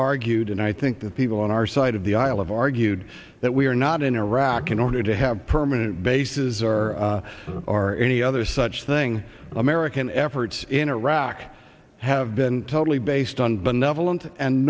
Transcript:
argued and i think that people on our side of the aisle of argued that we are not in iraq in order to have permanent bases or or any other such thing american efforts in iraq have been totally based on benevolent and